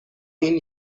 این